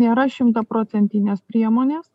nėra šimtaprocentinės priemonės